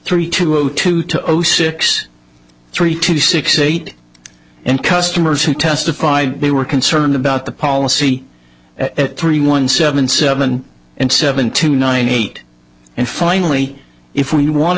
three two zero two two zero zero six three two six eight and customers who testified they were concerned about the policy at three one seven seven and seven two nine eight and finally if we want to